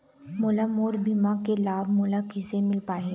मोला मोर बीमा के लाभ मोला किसे मिल पाही?